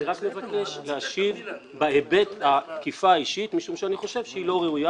אני רק מבקש להשיב בהיבט התקיפה האישית משום שאני חושב שהיא לא ראויה,